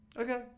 Okay